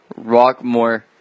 Rockmore